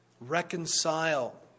Reconcile